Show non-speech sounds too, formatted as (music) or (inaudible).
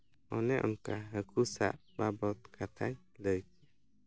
ᱚᱱᱮ ᱚᱱᱠᱟ ᱦᱟᱹᱠᱩ ᱥᱟᱵ ᱵᱟᱵᱚᱫ ᱠᱟᱛᱷᱟᱧ ᱞᱟᱹᱭ (unintelligible)